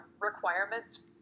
requirements